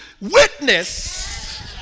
witness